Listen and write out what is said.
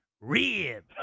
rib